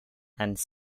and